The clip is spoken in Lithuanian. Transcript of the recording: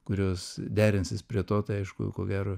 kurios derinsis prie to tai aišku ko gero